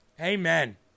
Amen